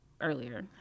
Earlier